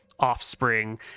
offspring